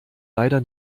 leider